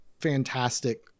fantastic